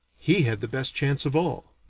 he had the best chance of all.